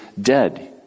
dead